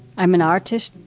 i'm an artist.